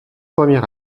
premier